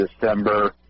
December